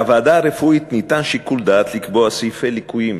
לוועדה הרפואית ניתן שיקול דעת לקבוע סעיפי ליקויים